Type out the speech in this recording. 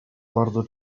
bardzo